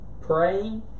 praying